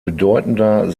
bedeutender